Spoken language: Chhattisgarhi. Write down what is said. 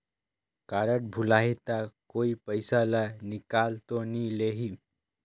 कारड भुलाही ता कोई पईसा ला निकाल तो नि लेही?